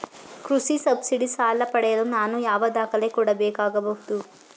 ಕೃಷಿ ಸಬ್ಸಿಡಿ ಸಾಲ ಪಡೆಯಲು ನಾನು ಯಾವ ದಾಖಲೆ ಕೊಡಬೇಕಾಗಬಹುದು?